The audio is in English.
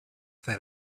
that